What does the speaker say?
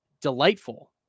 delightful